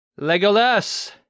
Legolas